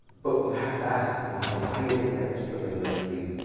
but you have to ask why. why is it that you're struggling with sleep?